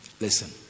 Listen